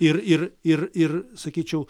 ir ir ir ir sakyčiau